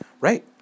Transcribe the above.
Right